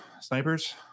snipers